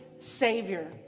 Savior